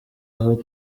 aho